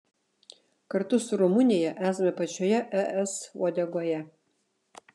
kartu su rumunija esame pačioje es uodegoje